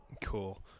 Cool